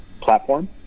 platform